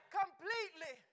completely